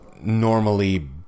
normally